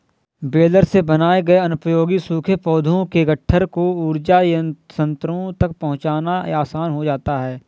baler से बनाए गए अनुपयोगी सूखे पौधों के गट्ठर को ऊर्जा संयन्त्रों तक पहुँचाना आसान हो जाता है